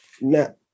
Now